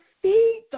Feed